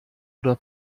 oder